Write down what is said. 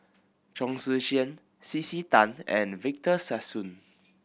Chong Tze Chien C C Tan and Victor Sassoon